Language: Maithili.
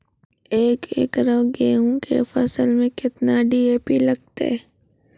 एक एकरऽ गेहूँ के फसल मे केतना डी.ए.पी लगतै?